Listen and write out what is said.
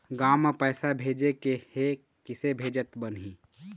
गांव म पैसे भेजेके हे, किसे भेजत बनाहि?